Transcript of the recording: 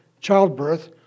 childbirth